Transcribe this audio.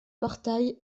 portail